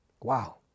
Wow